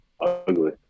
ugly